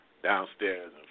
Downstairs